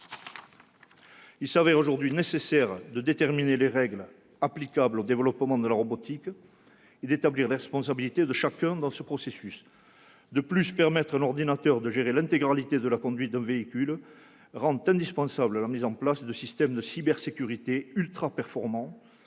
Il s'avère aujourd'hui nécessaire de définir les règles applicables au développement de la robotique et d'établir les responsabilités de chacun dans ce processus. De plus, permettre à un ordinateur de gérer l'intégralité de la conduite d'un véhicule rend indispensable la mise en place de systèmes de cybersécurité ultraperformants